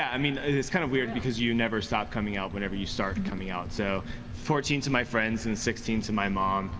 i mean it's kind of weird because you never stop coming out whenever you start and coming out. so fourteen to my friends. and sixteen to my mom.